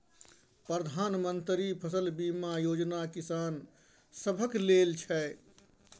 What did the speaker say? प्रधानमंत्री मन्त्री फसल बीमा योजना किसान सभक लेल छै